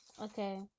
Okay